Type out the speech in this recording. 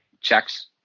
checks